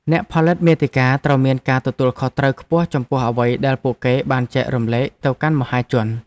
អ្នកផលិតមាតិកាត្រូវមានការទទួលខុសត្រូវខ្ពស់ចំពោះអ្វីដែលពួកគេបានចែករំលែកទៅកាន់មហាជន។